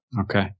Okay